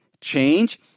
change